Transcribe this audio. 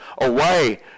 away